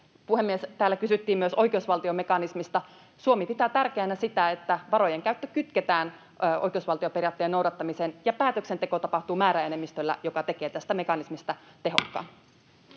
Puhemies! Täällä kysyttiin myös oikeusvaltiomekanismista. Suomi pitää tärkeänä sitä, että varojen käyttö kytketään oikeusvaltioperiaatteen noudattamiseen ja että päätöksenteko tapahtuu määräenemmistöllä, mikä tekee tästä mekanismista tehokkaan.